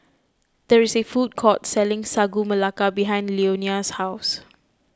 there is a food court selling Sagu Melaka behind Leonia's house